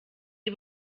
sie